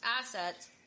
assets